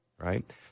right